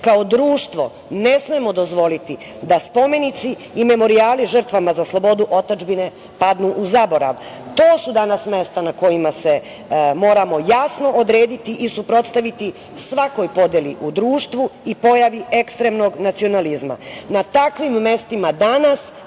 Kao društvo ne smemo dozvoliti da spomenici i memorijali žrtvama za slobodu otadžbine padnu u zaborav. To su danas mesta na kojima se moramo jasno odrediti i suprotstaviti svakoj podeli u društvu i pojavi ekstremnog nacionalizma.